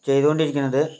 ചെയ്തുകൊണ്ടിരിക്കണത്